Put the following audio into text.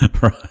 Right